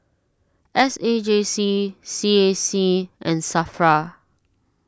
S A J C C A C and Safra